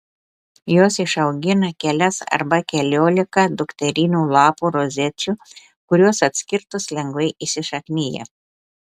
jos išaugina kelias arba keliolika dukterinių lapų rozečių kurios atskirtos lengvai įsišaknija